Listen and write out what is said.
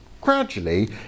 gradually